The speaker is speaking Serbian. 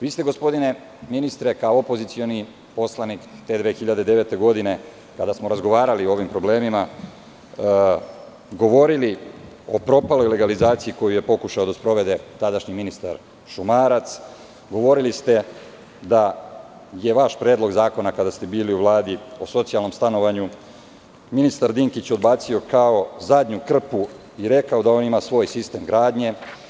Vi ste, gospodine ministre, kao opozicioni poslanik, te 2009. godine, kada smo razgovarali o ovim problemima, govorili o propaloj legalizaciji koju je pokušao da sprovede tadašnji ministar Šumarac, govorili ste da je vaš predlog zakona, kada ste bili u Vladi, o socijalnom stanovanju ministar Dinkić odbacio kao zadnju krpu i rekao da on ima svoj sistem gradnje.